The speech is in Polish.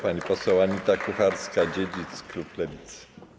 Pani poseł Anita Kucharska-Dziedzic, klub Lewicy.